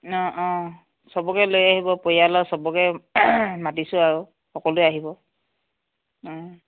অ অ সবকে লৈ আহিব পৰিয়ালৰ সবকে মাতিছোঁ আৰু সকলোৱে আহিব অ